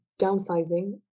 downsizing